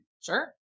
Sure